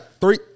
three